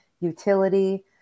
utility